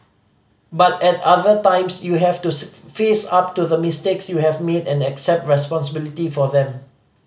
but at other times you have to face up to the mistakes you have made and accept responsibility for them